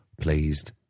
pleased